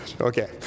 Okay